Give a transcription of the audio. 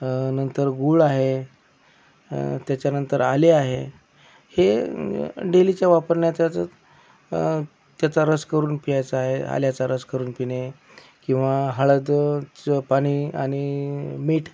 नंतर गूळ आहे त्याच्यानंतर आले आहे हे डेलीच्या वापरण्याचा जर त्याचा रस करून प्यायचा आहे आल्याचा रस करून पिणे किंवा हळदचं पाणी आणि मीठ